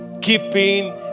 keeping